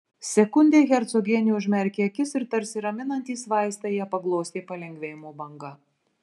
sekundei hercogienė užmerkė akis ir tarsi raminantys vaistai ją paglostė palengvėjimo banga